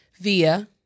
via